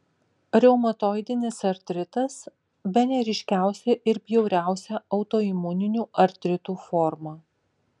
reumatoidinis artritas bene ryškiausia ir bjauriausia autoimuninių artritų forma